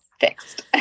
fixed